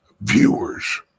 viewers